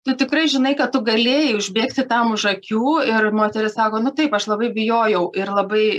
tu tikrai žinai kad tu galėjai užbėgti tam už akių ir moteris sako nu taip aš labai bijojau ir labai